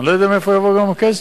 אני לא יודע מאיפה יבוא גם הכסף.